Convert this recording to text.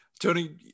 Tony